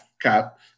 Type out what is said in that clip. cap